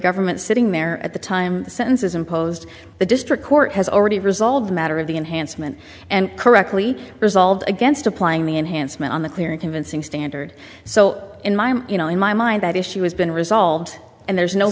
government sitting there at the time the sentences imposed the district court has already resolved the matter of the enhancement and correctly resolved against applying the enhancement on the clear and convincing standard so in my mind you know in my mind that issue has been resolved and there's no